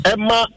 Emma